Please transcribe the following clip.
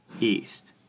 east